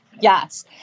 Yes